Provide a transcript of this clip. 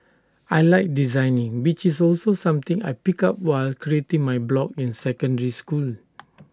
I Like designing which is also something I picked up while creating my blog in secondary school